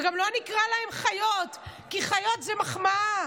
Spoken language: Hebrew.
וגם לא נקרא להם "חיות", כי חיות זו מחמאה.